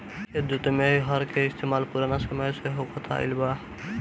खेत जोते में हर के इस्तेमाल पुरान समय से होखत आइल बा